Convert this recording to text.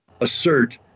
assert